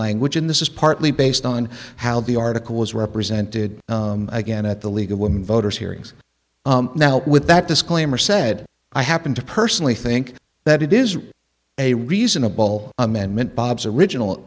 language and this is partly based on how the article was represented again at the league of women voters hearings now with that disclaimer said i happen to personally think that it is a reasonable amendment bob's original